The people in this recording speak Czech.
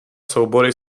soubory